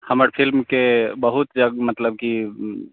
हमर फिल्मके बहुत जग मतलब कि